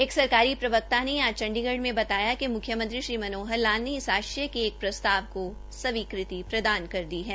एक सरकारी प्रवक्ता ने आज चंडीगढ में बताया कि म्ख्यमंत्री श्री मनोहर लाल ने इस आशय के एक प्रस्ताव को स्वीकृति प्रदान कर दी है